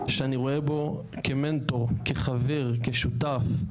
שאני רואה בו כמנטור, כחבר, כשותף,